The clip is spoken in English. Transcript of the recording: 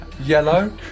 Yellow